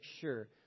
sure